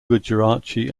gujarati